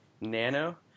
Nano